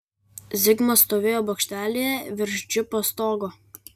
zigmas stovėjo bokštelyje virš džipo stogo